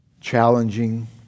challenging